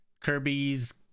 Kirby's